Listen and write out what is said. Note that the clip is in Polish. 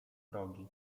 progi